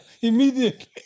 immediately